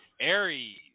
Aries